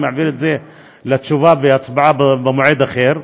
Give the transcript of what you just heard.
אני מעביר את זה לתשובה והצבעה במועד אחר,